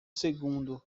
segundo